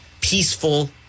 peaceful